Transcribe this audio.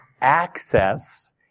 access